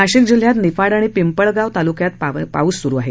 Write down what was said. नाशिक जिल्ह्यात निफाड आणि पिपळ तालुक्यात पाऊस सुरु आहे